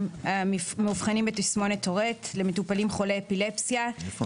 המאובחנים בתסמונת טוראט; (7) למטופלים חולי אפילפסיה; (8)